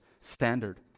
standard